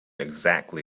exactly